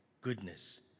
goodness